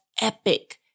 epic